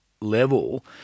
level